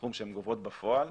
הסכום שהן גובות בפועל,